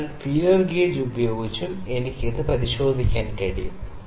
അതിനാൽ feeler gauge ഉപയോഗിച്ചും എനിക്ക് ഇത് പരിശോധിക്കാൻ കഴിയും